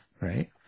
Right